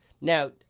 Now